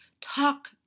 talk